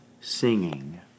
Singing